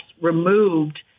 removed